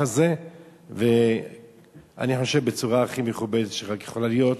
הזה בצורה הכי מכובדת שרק יכולה להיות,